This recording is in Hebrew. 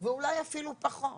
ואולי אפילו פחות,